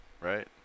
right